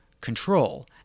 control